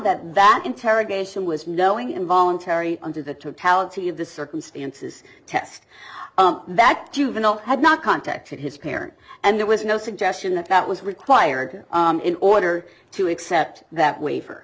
that that interrogation was knowing involuntary under the totality of the circumstances test that juvenile had not contacted his parents and there was no suggestion that that was required in order to accept that wa